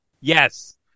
Yes